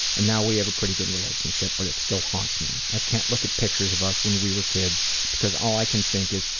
and now we have a pretty good relationship but it still haunts me. i can't look at pictures of us when we were kids because all i can think is,